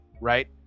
right